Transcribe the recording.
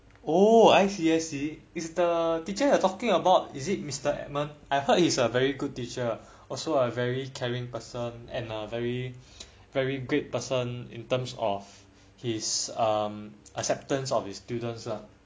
oh I see I see is the teacher you are talking about is it mr edmund I heard he is a very good teacher also a very caring person and are very very great person in terms of his acceptance of his students lah